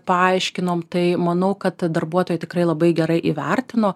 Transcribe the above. paaiškinom tai manau kad darbuotojai tikrai labai gerai įvertino